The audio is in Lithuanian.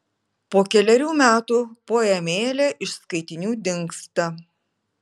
po kelerių metų poemėlė iš skaitinių dingsta